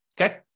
okay